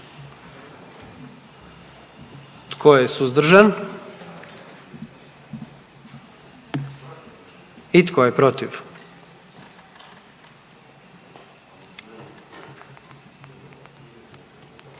Tko je suzdržan? I tko je protiv?